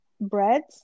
breads